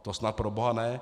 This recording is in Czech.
To snad proboha ne.